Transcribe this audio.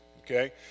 okay